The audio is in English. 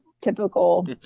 typical